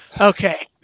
Okay